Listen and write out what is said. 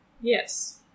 Yes